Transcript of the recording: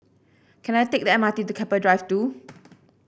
can I take the M R T to Keppel Drive Two